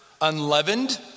unleavened